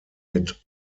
mit